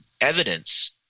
evidence